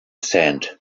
sand